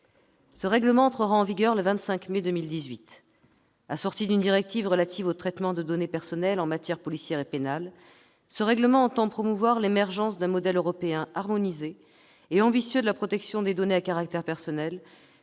Ce règlement entrera en vigueur le 25 mai 2018. Assorti d'une directive relative au traitement de données personnelles en matière policière et pénale, il entend promouvoir l'émergence d'un modèle européen harmonisé et ambitieux de la protection des données à caractère personnel